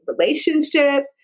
relationship